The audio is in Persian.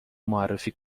معرفی